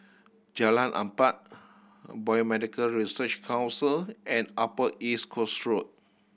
Jalan Empat Biomedical Research Council and Upper East Coast Road